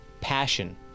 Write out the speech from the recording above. Passion